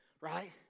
right